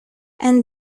and